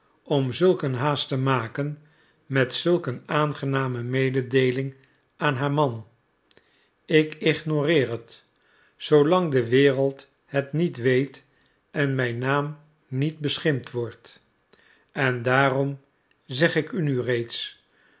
om zulk een haast te maken met zulk een aangename mededeeling aan haar man ik ignoreer het zoolang de wereld het niet weet en mijn naam niet beschimpt wordt en daarom zeg ik u nu reeds